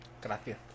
Gracias